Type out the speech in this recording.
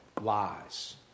lies